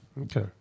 okay